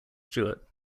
stuart